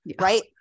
Right